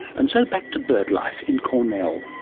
and so back to bird life in cornell.